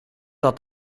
dat